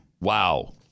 Wow